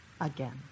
again